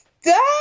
Stop